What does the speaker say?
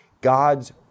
God's